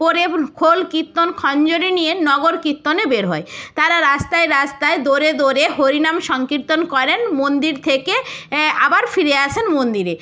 পরে খোল কীর্তন খঞ্জনি নিয়ে নগর কীর্তনে বের হয় তারা রাস্তায় রাস্তায় দোরে দোরে হরিনাম সংকীর্তন করেন মন্দির থেকে আবার ফিরে আসেন মন্দিরে